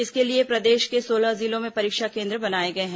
इसके लिए प्रदेश के सोलह जिलों में परीक्षा केन्द्र बनाए गए हैं